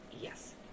Yes